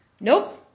Nope